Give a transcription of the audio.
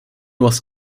was